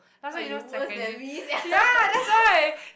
!wah! you worse than me sia